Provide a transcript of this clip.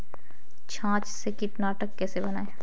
छाछ से कीटनाशक कैसे बनाएँ?